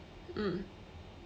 mm